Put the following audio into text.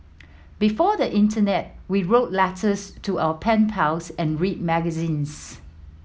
before the internet we wrote letters to our pen pals and read magazines